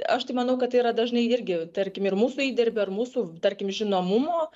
aš tai manau kad tai yra dažnai irgi tarkim ir mūsų įdirbio ir mūsų tarkim žinomumo